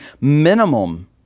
minimum